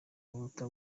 buruta